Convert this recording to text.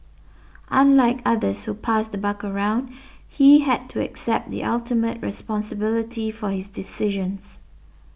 unlike others who passed the buck around he had to accept the ultimate responsibility for his decisions